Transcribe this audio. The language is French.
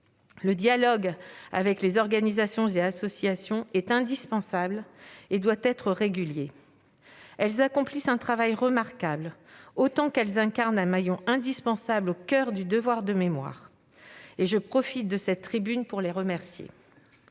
Le dialogue avec les organisations et les associations est indispensable et doit être régulier. Elles accomplissent un travail remarquable, autant qu'elles incarnent un maillon indispensable au coeur du devoir de mémoire. Je profite de cette tribune pour les remercier.